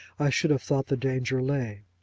i should have thought the danger lay.